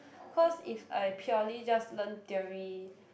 cause if I purely just learn theory